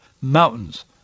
mountains